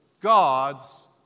God's